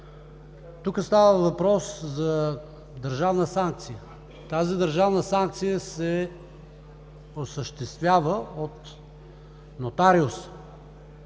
Тук става въпрос за държавна санкция. Тази държавна санкция се осъществява от нотариус